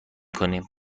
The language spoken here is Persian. کنیم